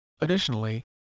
Additionally